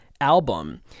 album